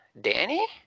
Danny